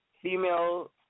Female